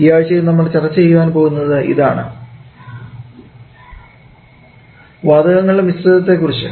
ഈ ആഴ്ചയിൽ നമ്മൾ ചർച്ച ചെയ്യാൻ പോകുന്നത് ഇതാണ് വാതകങ്ങളുടെ മിശ്രിതത്തെ കുറിച്ചു